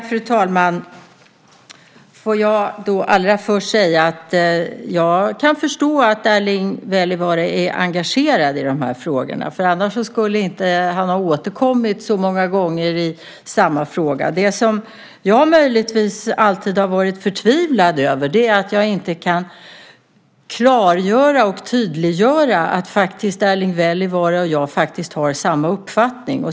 Fru talman! Jag vill allra först säga att jag kan förstå att Erling Wälivaara är engagerad i de här frågorna, för annars skulle han inte ha återkommit så många gånger i samma fråga. Det jag möjligtvis alltid har varit förtvivlad över är att jag inte kan klargöra och tydliggöra att Erling Wälivaara och jag faktiskt har samma uppfattning.